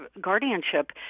guardianship